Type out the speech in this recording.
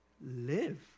live